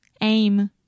Aim